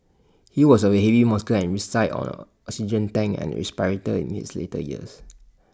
he was A very heavy smoker and reside on an oxygen tank and respirator in his later years